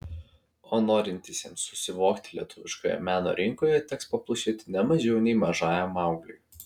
o norintiesiems susivokti lietuviškoje meno rinkoje teks paplušėti ne mažiau nei mažajam maugliui